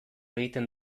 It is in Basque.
egiten